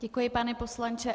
Děkuji, pane poslanče.